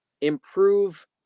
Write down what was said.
improve